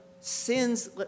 sins